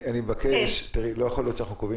אני מבקש: לא יכול להיות שאנחנו קובעים